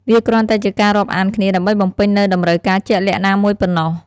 វាគ្រាន់តែជាការរាប់អានគ្នាដើម្បីបំពេញនូវតម្រូវការជាក់លាក់ណាមួយប៉ុណ្ណោះ។